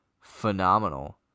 phenomenal